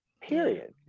period